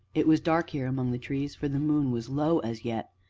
it was dark here among the trees, for the moon was low as yet,